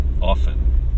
often